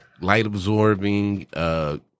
light-absorbing